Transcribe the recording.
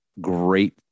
great